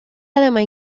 además